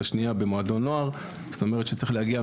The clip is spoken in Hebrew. אני מזמין אתכם לראות.